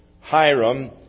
Hiram